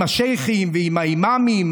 עם השייח'ים ועם האימאמים,